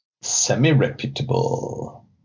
semi-reputable